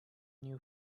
new